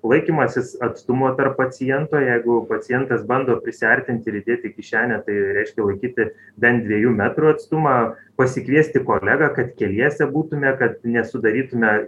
laikymasis atstumo tarp paciento jeigu pacientas bando prisiartinti ir įdėti kišenę tai reiškia laikyti bent dviejų metrų atstumą pasikviesti kolegą kad keliese būtume kad nesudarytume